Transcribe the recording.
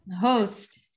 Host